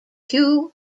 hugh